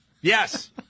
Yes